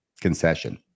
concession